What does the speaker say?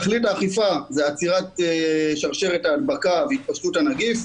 תכלית האכיפה בעצירת שרשרת ההדבקה והתפשטות הנגיף,